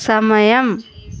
సమయం